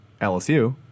LSU